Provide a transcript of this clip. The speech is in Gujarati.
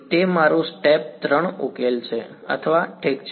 તેથી તે મારું સ્ટેપ 3 ઉકેલ છે અથવા ઠીક છે